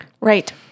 Right